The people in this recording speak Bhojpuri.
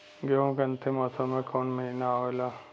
गेहूँ के अंतिम मौसम में कऊन महिना आवेला?